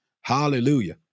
Hallelujah